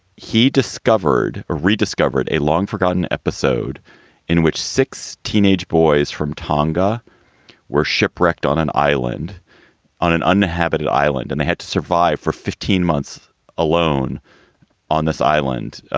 he discovered or rediscovered a long forgotten episode in which six teenage boys from tonga were shipwrecked on an island on an uninhabited island and they had to survive for fifteen months alone on this island.